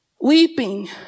Weeping